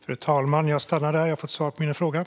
Fru talman! Jag avslutar här, för jag har fått svar på mina frågor.